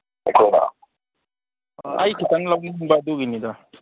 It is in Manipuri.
ꯑꯩ ꯈꯤꯇꯪ ꯂꯧꯅꯤꯡꯕ ꯑꯗꯨꯒꯤꯅꯤꯗ